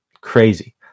crazy